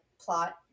plot